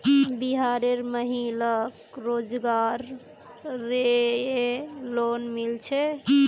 बिहार र महिला क रोजगार रऐ लोन मिल छे